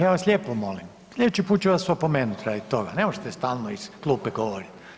Ja vas lijepo molim, slijedeći put ću vas opomenuti raditi toga, ne možete stalno iz klupe govoriti.